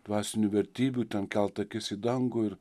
dvasinių vertybių ten kelt akis į dangų ir